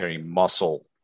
muscle